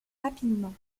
rapidement